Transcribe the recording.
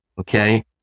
Okay